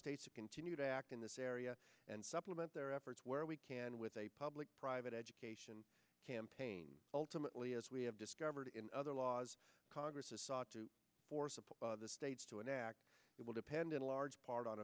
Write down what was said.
states to continue to act in this area and supplement their efforts where we can with a public private education campaign ultimately as we have discovered in other laws congress has sought to force upon the states to enact it will depend in large part on